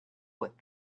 with